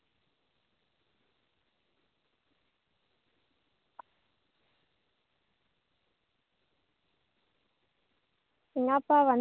அப்படிங்களா இல்லை நிறையா பேர் சாம்சங் தான் பெஸ்ட்டுன்னு சொல்லிட்டு இருக்காங்க ஆனால் ப்ளூ ஸ்டார் வாங்கலாங்குறான் வாங்கலாமான்னு எனக்கும் ஒரு சந்தேகம் இருந்துட்டு இருக்கு அதில் வேறு என்னென்ன